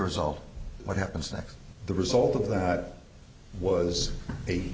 result what happens next the result of that was a